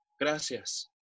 gracias